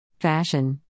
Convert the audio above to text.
Fashion